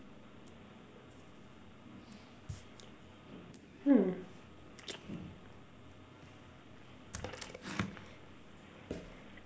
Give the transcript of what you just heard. hmm